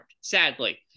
sadly